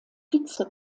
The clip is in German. vize